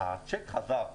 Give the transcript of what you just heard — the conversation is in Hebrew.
שהשיק חזר,